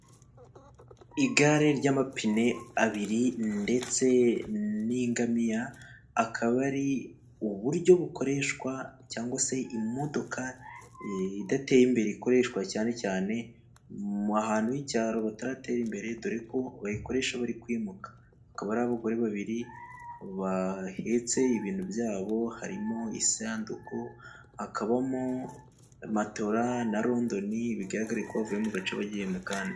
Igare ry'amapine abiri ndetse n'ingamiya, akaba ari uburyo bukoreshwa cyangwa se imodoka idateye imbere ikoreshwa cyane cyane mu ahantu h'icyaro , bataratera imbere doreko bayikoresha bari kwimuka akaba ari abagore babiri bahetse ibintu byabo harimo isanduku, hakabamo matola na rondoni, bigaragarako bavuye mu gace bagiye mu kandi.